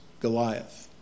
Goliath